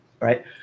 right